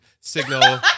signal